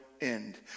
end